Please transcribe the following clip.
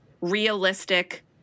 realistic